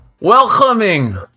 welcoming